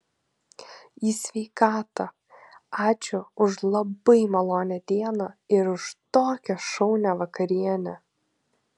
į sveikatą ačiū už labai malonią dieną ir už tokią šaunią vakarienę